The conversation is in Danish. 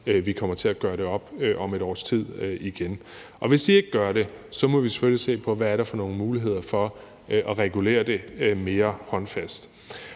vi kommer til at gøre det op igen om et års tid. Og hvis de ikke gør det, må vi selvfølgelig se på, hvad der er for nogle muligheder for at regulere det mere håndfast.